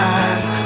eyes